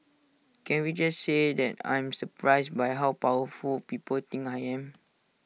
can we just say that I'm surprised by how powerful people think I am